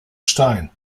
stein